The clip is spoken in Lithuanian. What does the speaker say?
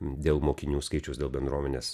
dėl mokinių skaičiaus dėl bendruomenės